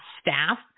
staff